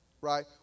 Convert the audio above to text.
right